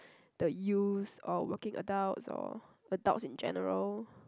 the youths or working adults or adults in general